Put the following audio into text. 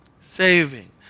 saving